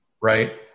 right